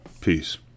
peace